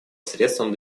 средством